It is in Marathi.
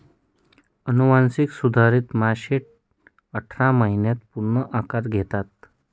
अनुवांशिक सुधारित मासे अठरा महिन्यांत पूर्ण आकार घेतात